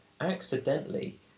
accidentally